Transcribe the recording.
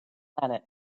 planet